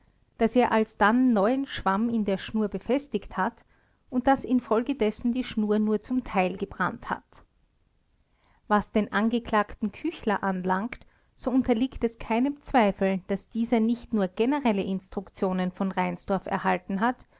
daß er alsdann neuen schwamm in der schnur befestigt hat und daß infolgedessen die schnur nur zum teil gebrannt hat was den angeklagten küchler anlangt so unterliegt es keinem zweifel daß dieser nicht nur generelle instruktionen von reinsdorf erhalten hat